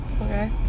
Okay